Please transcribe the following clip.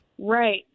Right